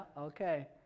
okay